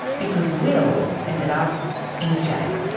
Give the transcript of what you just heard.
because will, ended up in jail.